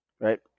right